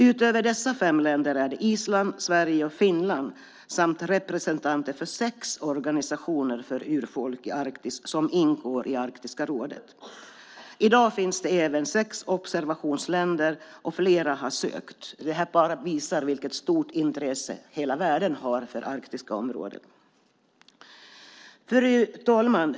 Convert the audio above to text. Utöver dessa fem länder är det Island, Sverige och Finland samt representanter för sex organisationer för urfolk i Arktis som ingår i Arktiska rådet. I dag finns det även sex observationsländer och flera har sökt. Det visar vilket stort intresse hela världen har för det arktiska området. Fru talman!